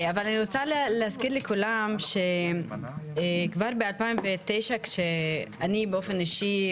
אבל אני רוצה להזכיר לכולם שכבר ב-2009 כשאני באופן אישי,